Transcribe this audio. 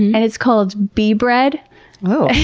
and it's called bee bread ohhhhh.